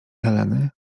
heleny